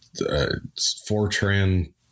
Fortran